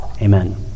Amen